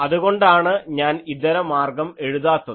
അതുകൊണ്ടാണ് ആണ് ഞാൻ ഇതരമാർഗ്ഗം എഴുതാത്തത്